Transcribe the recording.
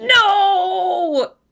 no